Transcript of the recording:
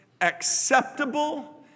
acceptable